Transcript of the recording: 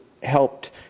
helped